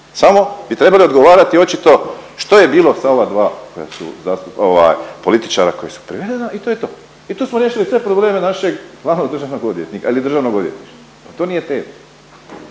Samo bi trebali odgovarati očito što je bilo sa ova dva koja su, političara koja su privedena i to je to. I tu smo riješili sve probleme našeg glavnog državnog odvjetnika ili Državnog odvjetništva, a to nije tema.